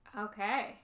Okay